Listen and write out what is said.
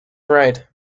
right